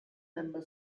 member